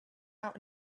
out